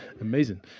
amazing